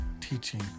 teaching